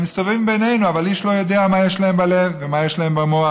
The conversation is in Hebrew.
הם מסתובבים בינינו אבל איש לא יודע מה יש להם בלב ומה יש להם במוח.